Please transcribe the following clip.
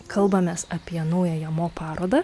kalbamės apie naująją mo parodą